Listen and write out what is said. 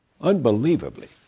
Unbelievably